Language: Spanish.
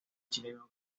chileno